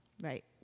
Right